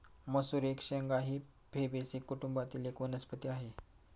मसूर एक शेंगा ही फेबेसी कुटुंबातील एक वनस्पती आहे